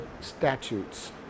statutes